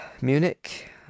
Munich